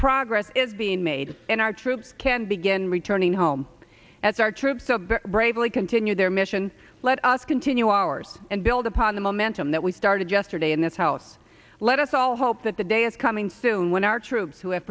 progress is being made in our troops can begin returning home as our troops to bravely continue their mission let us continue ours and build upon the momentum that we started yesterday in this house let us all hope that the day is coming soon when our troops who have